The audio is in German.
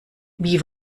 wie